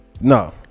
No